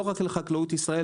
לא רק לחקלאות ישראל,